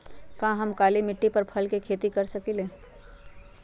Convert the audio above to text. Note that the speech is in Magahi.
का हम काली मिट्टी पर फल के खेती कर सकिले?